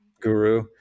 guru